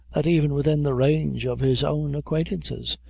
that even within the range of his own acquaintances,